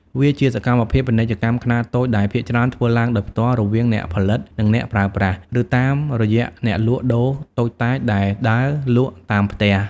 វាជាសកម្មភាពពាណិជ្ជកម្មខ្នាតតូចដែលភាគច្រើនធ្វើឡើងដោយផ្ទាល់រវាងអ្នកផលិត និងអ្នកប្រើប្រាស់ ឬតាមរយៈអ្នកលក់ដូរតូចតាចដែលដើរលក់តាមផ្ទះ។